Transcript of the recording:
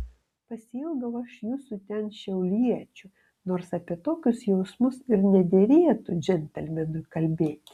pasiilgau aš jūsų ten šiauliečių nors apie tokius jausmus ir nederėtų džentelmenui kalbėti